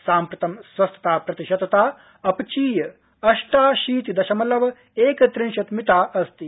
साम्प्रतं स्वस्थता प्रतिशतता अपचीय अष्टाशीति दशमलव एकत्रिंशत् मिता अस्ति